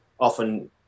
often